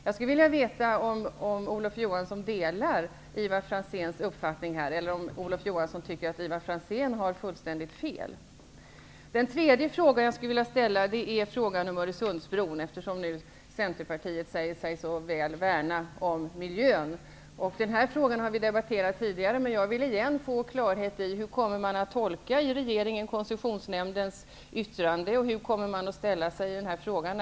Jag skulle vilja veta om Olof Johansson delar Ivar Franzéns uppfattning eller om han tycker att Ivar Franzén har fullständigt fel. Den tredje frågan jag vill ta upp är frågan om Öresundsbron, eftersom Centerpartiet säger sig så väl värna om miljön. Den här frågan har vi tidigare debatterat, men jag vill åter få klarhet i hur man i regeringen kommer att tolka Konsessionsnämndens yttrande och i hur man kommer att ställa sig i den här frågan.